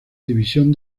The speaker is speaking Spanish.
división